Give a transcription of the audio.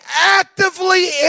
actively